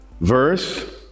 verse